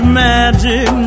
magic